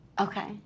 Okay